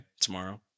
tomorrow